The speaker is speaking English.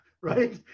right